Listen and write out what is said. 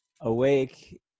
awake